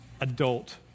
adult